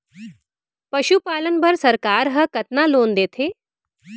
पशुपालन बर सरकार ह कतना लोन देथे?